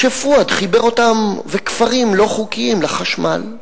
פואד חיבר אותם וכפרים לא-חוקיים לחשמל,